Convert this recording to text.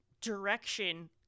direction